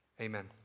Amen